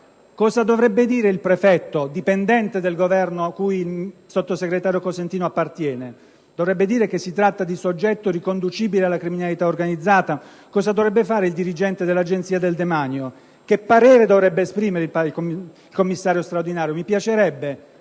Cosa dovrebbe dire il prefetto, dipendente del Governo cui il sottosegretario Cosentino appartiene? Dovrebbe dire che si tratta di soggetto riconducibile alla criminalità organizzata? Cosa dovrebbe fare il dirigente dell'Agenzia del demanio? Che parere dovrebbe esprimere il Commissario straordinario? Mi piacerebbe,